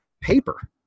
paper